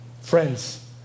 Friends